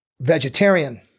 vegetarian